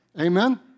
Amen